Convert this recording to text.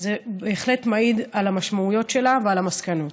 זה בהחלט מעיד על המשמעויות שלה ועל המסקנות.